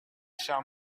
shall